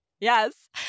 Yes